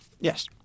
Yes